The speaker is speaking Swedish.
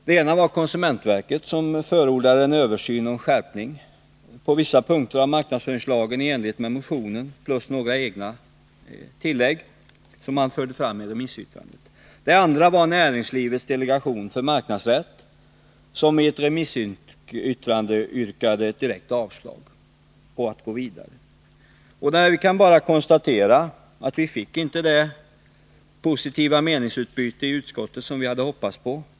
Det ena var konsumentverkets yttrande, där det förordades en översyn och en skärpning av marknadsföringslagen på vissa punkter i enlighet med motionen, plus några egna tillägg som man förde fram. Det andra var ett yttrande från Näringslivets delegation för marknadsrätt, i vilket yrkades direkt avslag på att man skulle gå vidare. Därmed kan vi bara konstatera att det inte blev något av det positiva meningsutbyte i utskottet som vi hade hoppats på.